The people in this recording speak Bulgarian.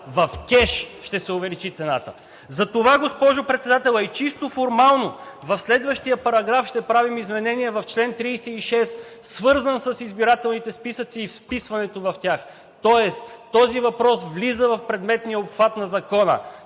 В кеш ще се увеличи цената. Затова, госпожо Председател, а и чисто формално в следващия параграф ще правим изменения в чл. 36, свързан с избирателните списъци и вписването в тях. Тоест този въпрос влиза в предметния обхват на Закона.